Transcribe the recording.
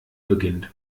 beginnt